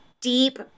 deep